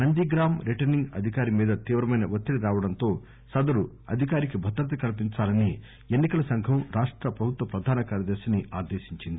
Nandigram returning అధికారి మీద తీవ్రమైన వత్తిడి రావడంతో సదరు అధికారికి భద్రత కల్పించాలని ఎన్నిక ల సంఘం రాష్ట్ర ప్రభుత్వ ప్రధాన కార్యదర్శిని ఆదేశించింది